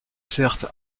certes